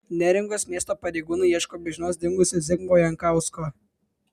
neringos miesto pareigūnai ieško be žinios dingusio zigmo jankausko